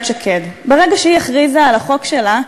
שקד: ברגע שהיא הכריזה על החוק שלה,